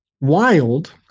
wild